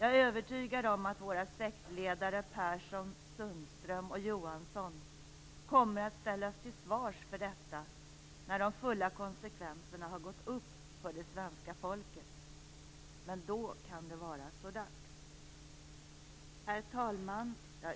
Jag är övertygad om att våra sektledare Persson, Sundström och Johansson kommer att ställas till svars för detta när de fulla konsekvenserna har gått upp för det svenska folket. Men då kan det vara så dags. Herr talman!